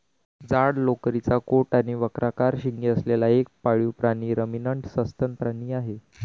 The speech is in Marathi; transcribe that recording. जाड लोकरीचा कोट आणि वक्राकार शिंगे असलेला एक पाळीव प्राणी रमिनंट सस्तन प्राणी आहे